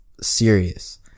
serious